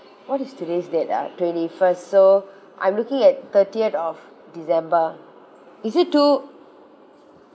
what is today's date ah twenty first so I'm looking at thirtieth of december is it too